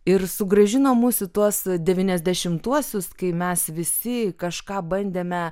ir sugrąžino mus į tuos devyniasdešimtuosius kai mes visi kažką bandėme